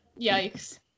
Yikes